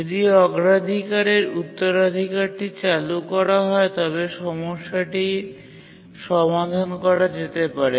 যদি অগ্রাধিকারের উত্তরাধিকারটি চালু করা যায় তবে সমস্যাটি সমাধান করা যেতে পারে